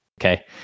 Okay